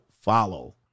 follow